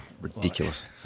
Ridiculous